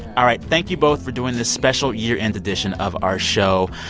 all right. thank you both for doing this special year-end edition of our show.